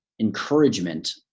encouragement